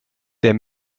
der